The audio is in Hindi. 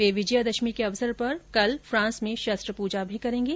वे विजय दशमी के अवसर पर फ्रांस में शस्त्र पूजा भी करेंगे